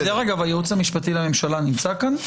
דרך אגב, הייעוץ המשפטי לממשלה נמצא כאן?